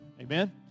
Amen